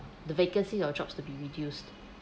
the vacancy your jobs to be reduced